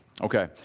Okay